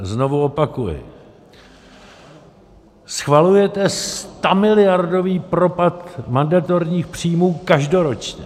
Znovu opakuji: Schvalujete stamiliardový propad mandatorních příjmů každoročně!